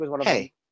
hey